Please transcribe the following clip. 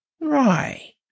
Right